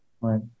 Right